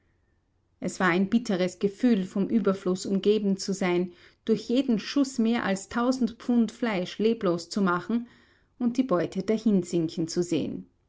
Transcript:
es war ein bitteres gefühl von überfluß umgeben zu sein durch jeden schuß mehr als tausend pfund fleisch leblos zu machen und die beute dahinsinken zu sehen